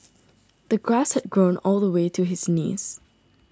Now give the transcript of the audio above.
the grass had grown all the way to his knees